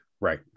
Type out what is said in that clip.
right